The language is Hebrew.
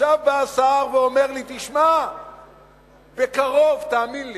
עכשיו בא השר ואומר לי: תשמע, בקרוב, תאמין לי.